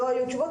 ולא היו תשובות,